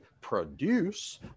produce